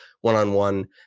one-on-one